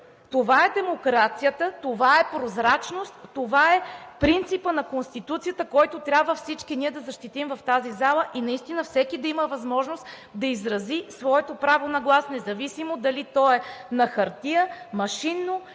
Това е демокрацията, това е прозрачност, това е принципът на Конституцията, който трябва всички ние да защитим в тази зала и наистина всеки да има възможност да изрази своето право на глас, независимо дали то е на хартия, машинно,